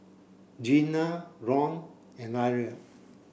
Gina Ron and Irl